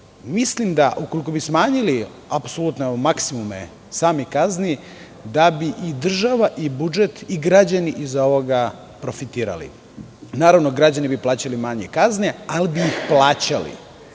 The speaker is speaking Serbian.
kazne. Mislim da, ukoliko bi smanjili maksimume samih kazni, da bi i država i budžet i građani iz ovoga profitirali. Naravno, građani bi plaćali manje kazne, ali bi ih plaćali.